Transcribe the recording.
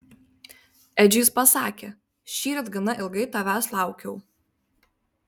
edžiui jis pasakė šįryt gana ilgai tavęs laukiau